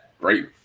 great